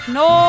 no